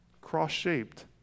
cross-shaped